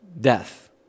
death